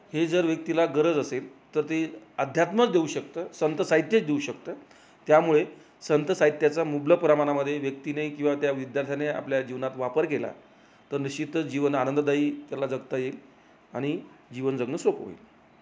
हे जर व्यक्तीला गरज असेल तर ते अध्यात्मच देऊ शकतं संत साहित्यच देऊ शकतं त्यामुळे संत साहित्याचा मुबलक प्रमाणामध्ये व्यक्तीने किंवा त्या विद्यार्थ्याने आपल्या जीवनात वापर केला तर निश्चितच जीवन आनंददायी त्याला जगता येईल आणि जीवन जगणं सोपं होईल